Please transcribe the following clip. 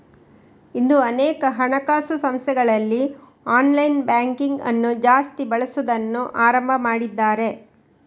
ಇಂದು ಅನೇಕ ಹಣಕಾಸು ಸಂಸ್ಥೆಗಳಲ್ಲಿ ಆನ್ಲೈನ್ ಬ್ಯಾಂಕಿಂಗ್ ಅನ್ನು ಜಾಸ್ತಿ ಬಳಸುದನ್ನ ಆರಂಭ ಮಾಡಿದ್ದಾರೆ